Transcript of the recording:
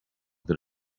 that